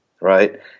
right